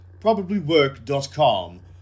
probablywork.com